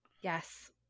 Yes